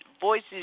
voices